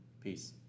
Peace